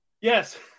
Yes